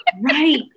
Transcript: Right